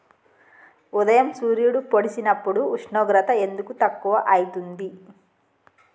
ఉదయం సూర్యుడు పొడిసినప్పుడు ఉష్ణోగ్రత ఎందుకు తక్కువ ఐతుంది?